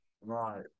Right